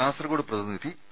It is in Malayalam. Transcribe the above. കാസർകോട് പ്രതിനിധി പി